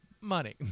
money